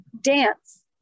dance